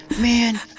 Man